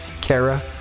Kara